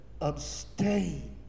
Abstain